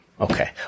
okay